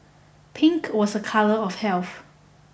pink was a colour of health